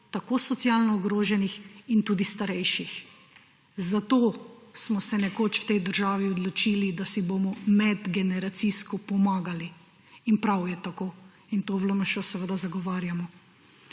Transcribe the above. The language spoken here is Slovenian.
tako socialno ogroženih in tudi starejših. Zato smo se nekoč v tej državi odločili, da si bomo medgeneracijsko pomagali, in prav je tako in to v LMŠ seveda zagovarjamo.